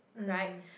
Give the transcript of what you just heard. right